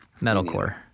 Metalcore